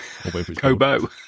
Kobo